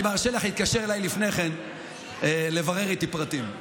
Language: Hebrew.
אני מרשה לך להתקשר אליי לפני כן לברר איתי פרטים.